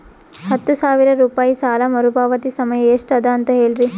ಹತ್ತು ಸಾವಿರ ರೂಪಾಯಿ ಸಾಲ ಮರುಪಾವತಿ ಸಮಯ ಎಷ್ಟ ಅದ ಅಂತ ಹೇಳರಿ?